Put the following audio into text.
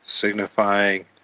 signifying